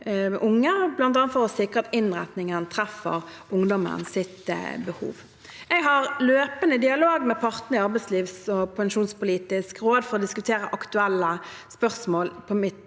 for å sikre at innretningen treffer ungdommens behov. Jeg har løpende dialog med partene i Arbeidslivs- og pensjonspolitisk råd for å diskutere aktuelle spørsmål på mitt